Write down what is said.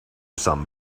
some